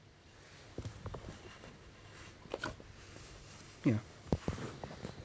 ya